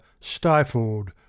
stifled